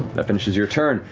that finishes your turn.